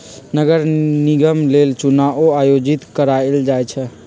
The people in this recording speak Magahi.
नगर निगम लेल चुनाओ आयोजित करायल जाइ छइ